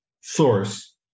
source